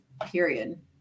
period